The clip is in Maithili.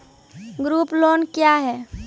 ग्रुप लोन क्या है?